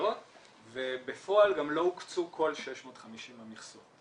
ולקהילות ובפועל גם לא הוקצו כל 650 המכסות.